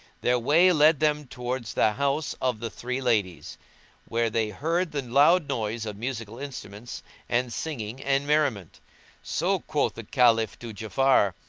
their way led them towards the house of the three ladies where they heard the loud noise of musical instruments and singing and merriment so quoth the caliph to ja'afar,